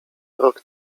rok